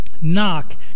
Knock